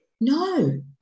no